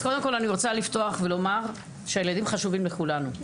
אז קודם כל אני רוצה לפתוח ולומר שהילדים חשובים לכולנו.